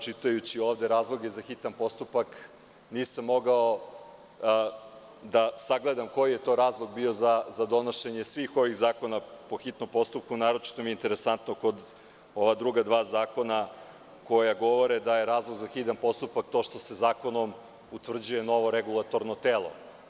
Čitajući razloge za hitan postupak nisam mogao da sagledam koji je to bio razlog za donošenje svih ovih zakona po hitnom postupku, naročito mi je interesantno kod ova druga dva zakona koja govore da je razlog za hitan postupak to što se zakonom utvrđuje nove regulatorno telo.